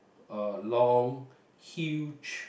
long huge